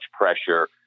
pressure